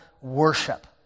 worship